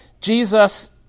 Jesus